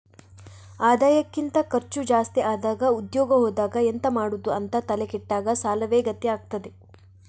ಆದಾಯಕ್ಕಿಂತ ಖರ್ಚು ಜಾಸ್ತಿ ಆದಾಗ ಉದ್ಯೋಗ ಹೋದಾಗ ಎಂತ ಮಾಡುದು ಅಂತ ತಲೆ ಕೆಟ್ಟಾಗ ಸಾಲವೇ ಗತಿ ಆಗ್ತದೆ